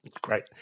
great